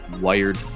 wired